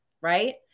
right